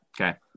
okay